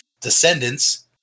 descendants